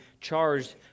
charged